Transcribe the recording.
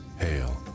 hail